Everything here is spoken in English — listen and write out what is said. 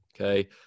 Okay